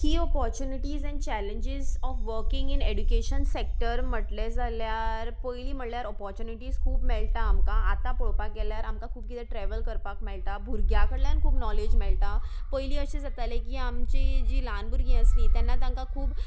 की opportunities and challenges of working in education sector म्हटलें जाल्यार पयलीं म्हणल्यार ऑपोर्चुनिटीज खूब मेळटा आमकां आतां पळोवपाक गेल्यार आमकां खूब कितें ट्रेवल करपाक मेळटा भुरग्या कडल्यान खूब नॉलेज मेळटा पयलीं अशें जातालें की आमची जीं ल्हान भुरगीं आसलीं तेन्ना तांकां खूब